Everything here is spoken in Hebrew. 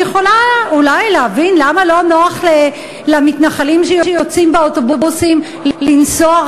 אני יכולה אולי להבין למה לא נוח למתנחלים שיוצאים באוטובוסים לנסוע,